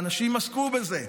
ואנשים עסקו בזה,